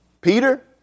Peter